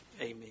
Amen